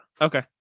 Okay